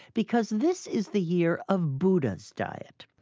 because this is the year of buddha's diet.